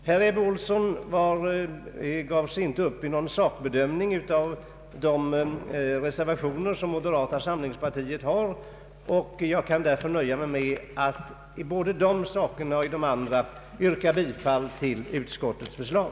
Herr Ebbe Ohlsson gav sig inte in på någon sakbedömning av moderata samlingspartiets reservationer, och jag kan därför begränsa mig till att såväl på dessa punkter som på de övriga yrka bifall till utskottets förslag.